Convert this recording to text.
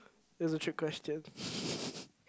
is a trick question